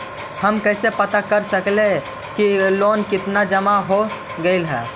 हम कैसे पता कर सक हिय की लोन कितना जमा हो गइले हैं?